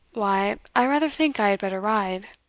why, i rather think i had better ride.